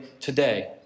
today